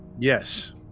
Yes